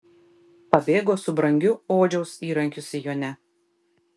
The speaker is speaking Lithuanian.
pabėgo su brangiu odžiaus įrankiu sijone